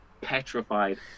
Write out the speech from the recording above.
petrified